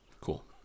Cool